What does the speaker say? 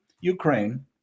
ukraine